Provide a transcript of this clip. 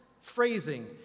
phrasing